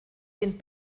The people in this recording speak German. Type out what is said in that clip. den